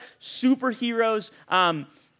superheroes